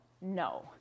no